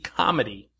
comedy